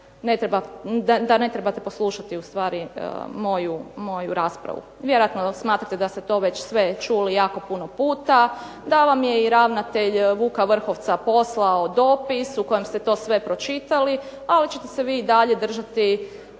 da ne trebate poslušati moju raspravu. Vjerojatno smatrate da se to već sve čuli jako puno puta, da vam je i ravnatelj Vuka Vrhovca posao dopis u kojem ste to sve pročitali, ali vi ćete se i dalje držati